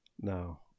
No